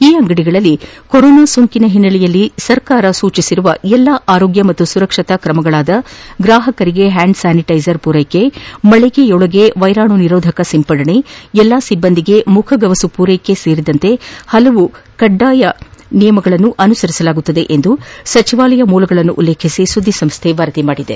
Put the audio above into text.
ಈ ಅಂಗಡಿಗಳಲ್ಲಿ ಕೊರೊನಾ ಸೋಂಕಿನ ಹಿನ್ನೆಲೆಯಲ್ಲಿ ಸರ್ಕಾರ ಸೂಚಿಸಿರುವ ಎಲ್ಲ ಆರೋಗ್ಯ ಮತ್ತು ಸುರಕ್ಷತಾ ಕ್ರಮಗಳಾದ ಗ್ರಾಹಕರಿಗೆ ಹ್ಯಾಂಡ್ ಸ್ಥಾನಿಟ್ಟೆಜರ್ ಪೂರೈಕೆ ಮಳಿಗೆ ಒಳಗೆ ವೈರಾಣು ನಿರೋಧಕ ಸಿಂಪಡಣೆ ಎಲ್ಲ ಸಿಬ್ಬಂದಿಗೆ ಮುಖಗವಸು ಪೂರೈಕೆ ಕಡ್ಡಾಯವಾಗಿರುತ್ತದೆ ು ಗ್ರಾಪಕ ವ್ಯವಹಾರಗಳ ಸಚಿವಾಲಯ ಮೂಲಗಳನ್ನು ಉಲ್ಲೇಖಿಸಿ ಸುದ್ದಿ ಸಂಸ್ಥೆ ವರದಿ ಮಾಡಿದೆ